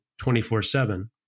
24-7